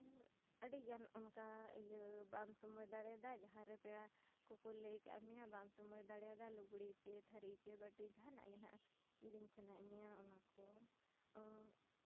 ᱟᱹᱰᱤ ᱜᱟᱱ ᱚᱱᱠᱟ ᱤᱭᱟᱹ ᱵᱟᱢ ᱥᱚᱢᱚᱭ ᱫᱟᱲᱮᱭᱟᱫᱟ ᱡᱟᱦᱟᱸ ᱨᱮ ᱯᱮᱲᱟ ᱠᱚᱠᱚ ᱞᱟᱹᱭ ᱠᱟᱜ ᱢᱮᱭᱟ ᱵᱟᱢ ᱥᱩᱢᱟᱹᱭ ᱫᱟᱲᱮᱭᱟᱫᱟ ᱞᱩᱜᱽᱲᱤ ᱪᱮ ᱛᱷᱟᱹᱨᱤ ᱪᱮ ᱵᱟᱹᱴᱤ ᱡᱟᱦᱟᱱᱟᱜ ᱜᱮ ᱱᱟᱜ ᱠᱤᱨᱤᱧ ᱥᱟᱱᱟᱭᱮᱫ ᱢᱮᱭᱟ ᱚᱱᱟ ᱠᱚ